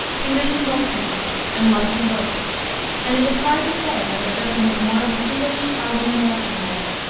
he lived in both countries, and loved them both and it is hard to say whether irving is more of an english or of an american writer.